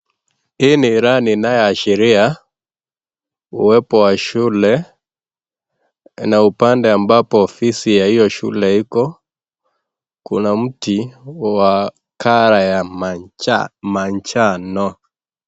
Hii ni rangi inayoashiria uwepo wa shule na upande ambapo ofisi ya hiyo shule iko kuna mti wa color ya manjano.